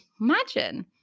Imagine